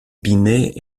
binet